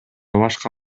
башка